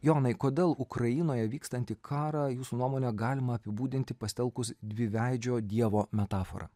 jonai kodėl ukrainoje vykstantį karą jūsų nuomone galima apibūdinti pasitelkus dviveidžio dievo metaforą